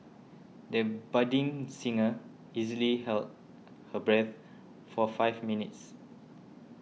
the budding singer easily held her breath for five minutes